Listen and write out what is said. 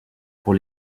pour